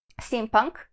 steampunk